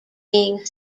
being